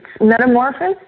Metamorphosis